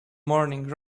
morning